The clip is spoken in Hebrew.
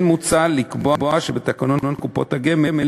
כן מוצע לקבוע שבתקנון קופות הגמל